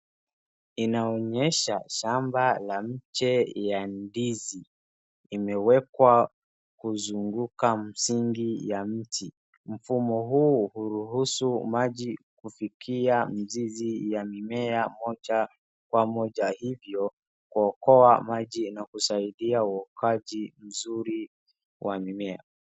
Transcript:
Inaonyesha shamba la miche ya ndizi. Imewekwa kuzunguka msingi ya miti. Mfumo huu huruhusu maji kufikia mzizi ya mimea moja kwa moja hivyo, kuokoa maji na kusaidia uokaji mzuri wa mimea.